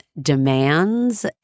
demands